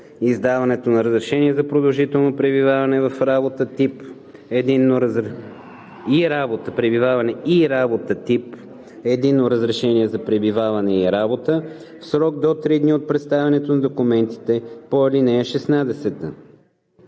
издаването на разрешение за продължително пребиваване и работа тип „Единно разрешение за пребиваване и работа“ в срок до три дни от представянето на документите по ал. 16.